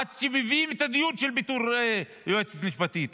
עד שמביאים את הדיון על פיטורי היועצת המשפטית.